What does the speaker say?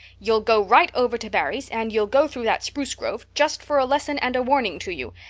you'll go right over to barry's, and you'll go through that spruce grove, just for a lesson and a warning to you.